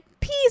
peace